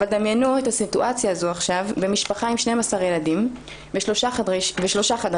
אבל דמיינו את הסיטואציה הזו עכשיו במשפחה עם 12 ילדים ושלושה חדרים,